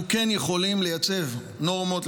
אנחנו כן יכולים לייצב נורמות,